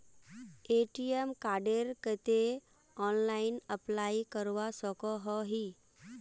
ATM कार्डेर केते online apply करवा सकोहो ही?